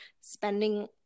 spending